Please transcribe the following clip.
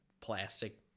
plastic